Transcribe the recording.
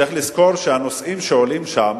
צריך לזכור שהנושאים שעולים שם